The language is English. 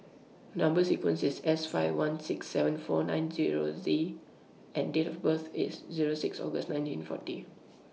Number sequence IS S five one six seven four nine Zero Z and Date of birth IS Zero six August nineteen forty